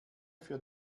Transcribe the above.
für